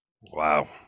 Wow